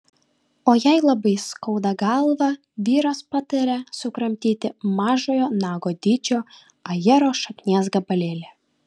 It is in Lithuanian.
o jei labai skauda galvą vyras patarė sukramtyti mažojo nago dydžio ajero šaknies gabalėlį